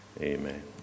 Amen